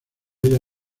ella